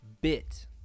bit